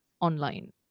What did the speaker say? online